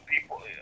people